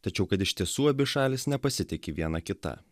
tačiau kad iš tiesų abi šalys nepasitiki viena kita